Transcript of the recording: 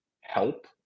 help